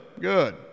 good